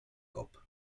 cop